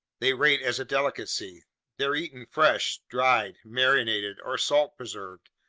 they rate as a delicacy they're eaten fresh, dried, marinated, or salt-preserved,